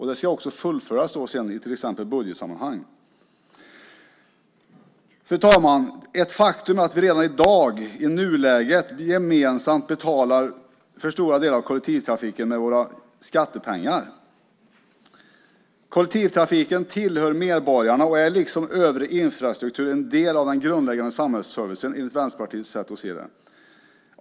Det ska också fullföljas till exempel i budgetsammanhang. Fru talman! Det är ett faktum att vi redan i dag, i nuläget, gemensamt betalar för stora delar av kollektivtrafiken med våra skattepengar. Kollektivtrafiken tillhör medborgarna och är liksom övrig infrastruktur en del av den grundläggande samhällsservicen enligt Vänsterpartiets syn på detta.